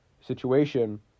situation